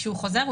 - כשהוא חוזר,